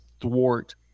thwart –